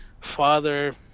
father